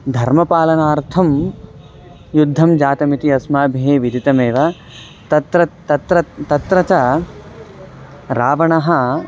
धर्मपालनार्थं युद्धं जातमिति अस्माभिः विधितमेव तत्र तत्र तत्र च रावणः